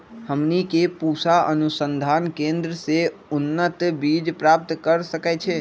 हमनी के पूसा अनुसंधान केंद्र से उन्नत बीज प्राप्त कर सकैछे?